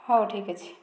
ହେଉ ଠିକ୍ ଅଛି